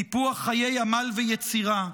טיפוח חיי עמל ויצירה,